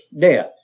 death